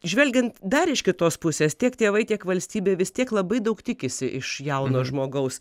žvelgiant dar iš kitos pusės tiek tėvai tiek valstybė vis tiek labai daug tikisi iš jauno žmogaus